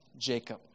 Jacob